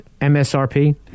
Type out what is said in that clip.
MSRP